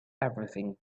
everything